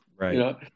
Right